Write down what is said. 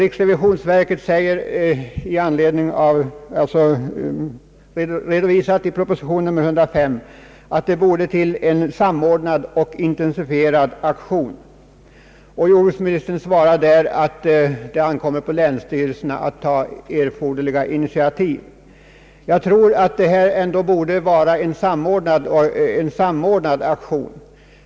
Riksrevisionsverket har i år i proposition nr 105 förklarat att det borde skapas en samordnad och intensifierad aktion. Jordbruksministern svarar där att det ankommer på länsstyrelserna att ta erforderliga initiativ. Jag anser för min del att det borde företagas en samordnad aktion.